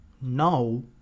Now